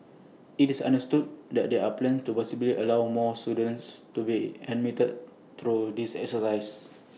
IT is understood that there are plans to possibly allow more students to be admitted through this exercise